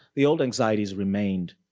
the old anxieties remained.